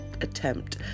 attempt